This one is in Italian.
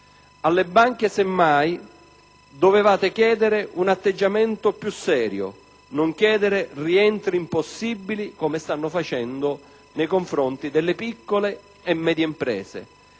Alle banche semmai dovevate chiedere un atteggiamento più serio, non chiedere rientri impossibili, come stanno facendo, nei confronti delle piccole e medie imprese,